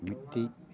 ᱢᱤᱫᱴᱤᱱ